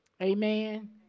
Amen